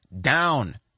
down